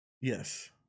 Yes